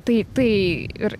tai tai ir